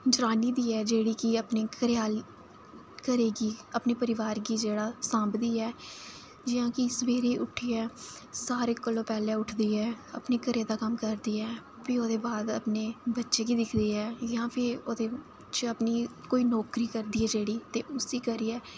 जनानी दी ऐ जेह्ड़ी कि अपनी घरै आह्ली घरै गी अपने परिवार गी जेह्ड़ी सांभदी ऐ जियां कि सवेरे उट्ठियै सारें कोला पैहलें उठदी ऐ अपने घरै दा कम्म करदी ऐ फ्ही ओह्दे बाद अपने बच्चें गी दिखदी ऐ जां फ्ही ओह्दे च अपनी कोई नौकरी करदी ऐ जेह्ड़ी ते उसी करियै